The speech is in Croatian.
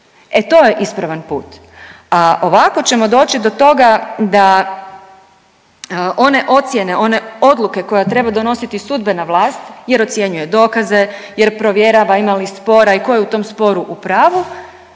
E to je ispravan put. A ovako ćemo doći do toga da one ocjene, one odluke koje treba donositi sudbena vlast jer ocjenjuje dokaze, jer provjerava ima li spora i tko je u tom sporu u pravu